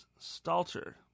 Stalter